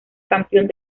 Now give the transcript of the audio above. campeón